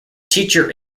teacher